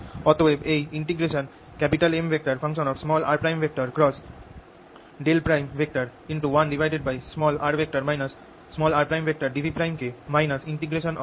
অতএব এই Mr1r rdV কে ×Mrr rdV Mr